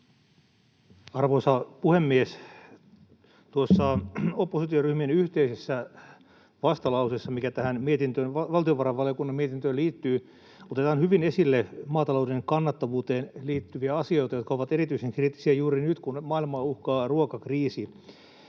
Arvoisa puhemies! Tuossa oppositioryhmien yhteisessä vastalauseessa, mikä tähän valtiovarainvaliokunnan mietintöön liittyy, otetaan hyvin esille maatalouden kannattavuuteen liittyviä asioita, jotka ovat erityisen kriittisiä juuri nyt, kun maailmaa uhkaa ruokakriisi.